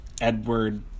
Edward